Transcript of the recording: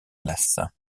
glace